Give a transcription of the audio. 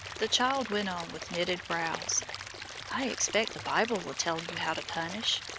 the child went on with knitted brows i expect the bible will tell you how to punish.